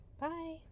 Bye